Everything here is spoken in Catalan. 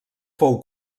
fou